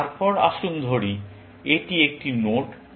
তারপর আসুন ধরি এটি একটি নোড